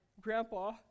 Grandpa